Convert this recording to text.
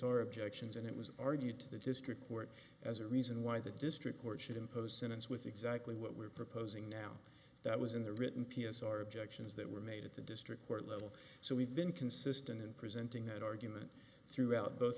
or objections and it was argued to the district court as a reason why the district court should impose sentence with exactly what we're proposing now that was in the written p s r objections that were made at the district court level so we've been consistent in presenting that argument throughout both